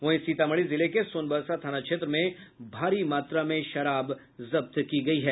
वहीं सीतामढी जिले के सोनबरसा थाना क्षेत्र में भारी मात्रा शराब जब्त की गयी है